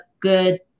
good